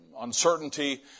uncertainty